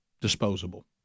disposable